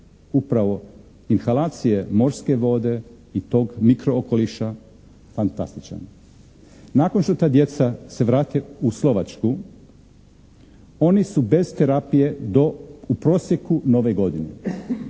upravo inhalacije morske vode i tog mikro okoliša fantastičan. Nakon što ta djeca se vrate u Slovačku oni su bez terapije do, u prosjeku, Nove godine.